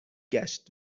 گشت